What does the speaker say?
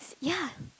ya